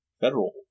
federal